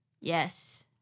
Yes